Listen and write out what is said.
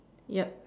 yup